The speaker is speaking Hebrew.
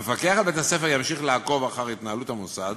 המפקח על בית-הספר ימשיך לעקוב אחר התנהלות המוסד